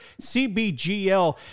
CBGL